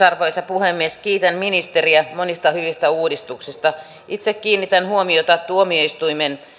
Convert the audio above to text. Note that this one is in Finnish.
arvoisa puhemies kiitän ministeriä monista hyvistä uudistuksista itse kiinnitän huomiota tuomioistuimen